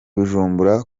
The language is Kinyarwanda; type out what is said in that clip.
bujumbura